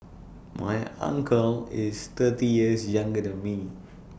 my uncle is thirty years younger than me